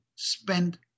Spend